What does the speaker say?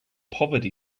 poverty